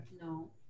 No